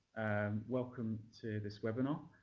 welcome to this webinar,